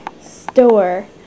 store